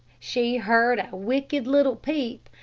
she heard a wicked, little peep,